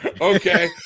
okay